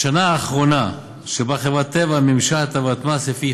השנה האחרונה שבה חברת טבע מימשה הטבת מס לפי